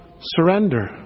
surrender